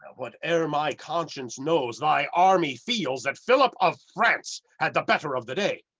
what e'er my conscience knows, thy army feels that philip of france had the better of the day.